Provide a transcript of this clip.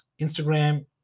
Instagram